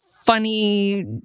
funny